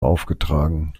aufgetragen